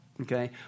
Okay